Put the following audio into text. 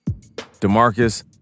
Demarcus